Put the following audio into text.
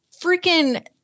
freaking